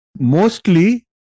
Mostly